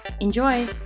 Enjoy